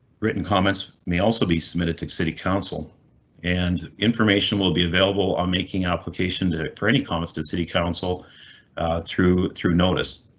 written comments may also be submitted to city council and information will be available on making application to for any comments to city council through notice. notice.